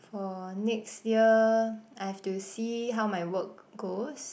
for next year I've to see how my work goes